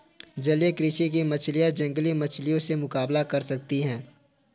जलीय कृषि की मछलियां जंगली मछलियों से मुकाबला कर सकती हैं